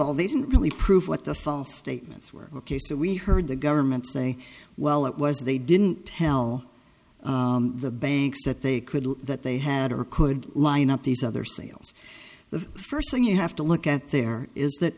all they didn't really prove what the false statements were ok so we heard the government say well it was they didn't tell the banks that they could that they had or could line up these other sales the first thing you have to look at there is that